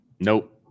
Nope